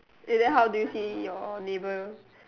and then how do you see your neighbour